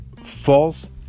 False